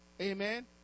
Amen